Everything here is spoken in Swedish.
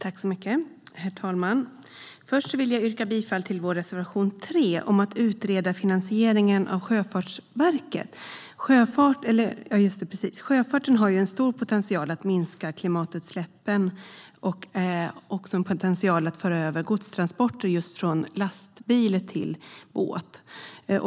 Herr talman! Jag vill börja med att yrka bifall till vår reservation 3 om att utreda finansieringen av Sjöfartsverket. Sjöfarten har stor potential både när det gäller att minska klimatutsläppen och att transportera gods med båt i stället för med lastbil.